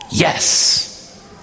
Yes